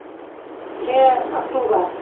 छः अक्टूबर